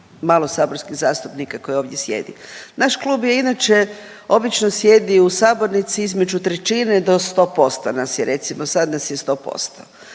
malo saborskih zastupnika je koji ovdje sjedi. Naš klub je inače, obično sjedi u sabornici između trećine do 100% nas je, recimo sad nas je 100%.